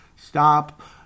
Stop